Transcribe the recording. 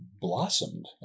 blossomed